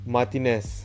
Martinez